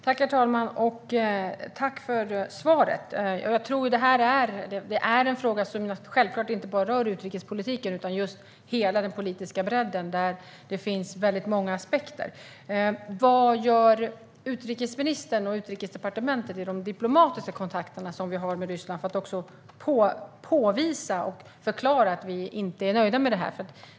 Herr talman! Jag tackar utrikesministern för svaret. Detta rör inte bara utrikespolitiken utan hela den politiska bredden, och det finns många aspekter. Vad gör utrikesministern och Utrikesdepartementet i de diplomatiska kontakterna med Ryssland för att påtala och förklara att vi inte är nöjda med detta?